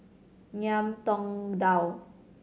Ngiam Tong Dow